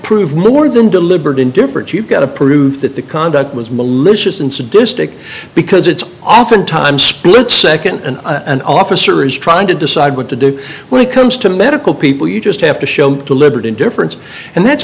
prove more than deliberate indifference you've got to prove that the conduct was malicious and sadistic because it's oftentimes split nd and an officer is trying to decide what to do when it comes to medical people you just have to show deliberate indifference and that's